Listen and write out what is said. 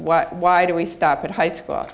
what why do we stop at a high school